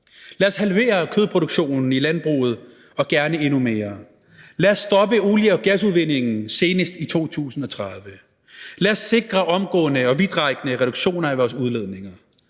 Lad os halvere kødproduktionen i landbruget og gerne endnu mere. Lad os stoppe olie- og gasudvindingen senest i 2030. Lad os sikre omgående og vidtrækkende reduktioner af vores udledninger.